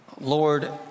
Lord